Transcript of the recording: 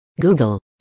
Google